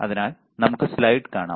അതിനാൽ നമുക്ക് സ്ലൈഡ് കാണാം